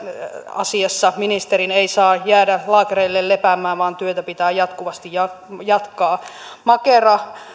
asiassa ministeri ei saa jäädä laakereilleen lepäämään vaan työtä pitää jatkuvasti jatkaa makera